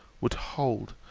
would hold,